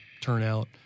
turnout